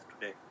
today